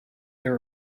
there